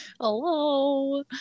hello